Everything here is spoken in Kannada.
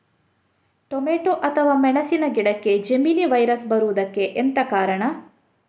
ಟೊಮೆಟೊ ಅಥವಾ ಮೆಣಸಿನ ಗಿಡಕ್ಕೆ ಜೆಮಿನಿ ವೈರಸ್ ಬರುವುದಕ್ಕೆ ಎಂತ ಕಾರಣ?